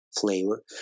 flavor